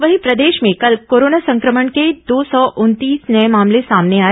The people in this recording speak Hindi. वहीं प्रदेश में कल कोरोना संक्रमण के दो सौ उनतीस नये मामले सामने आए